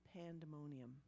pandemonium